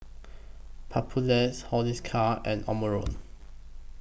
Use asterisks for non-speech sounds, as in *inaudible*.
Papulex *unintelligible* and Omron